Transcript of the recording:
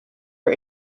for